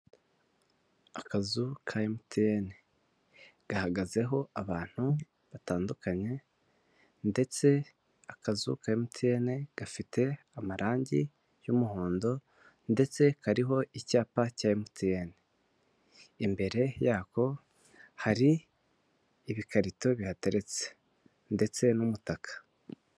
Akazu ka MTN gahagazeho abantu batandukanye ndetse akazu ka MTN gafite amarangi y'umuhondo ndetse kariho icyapa cya MTN imbere yako hari ibikarito bihateretse ndetse n'umutaka.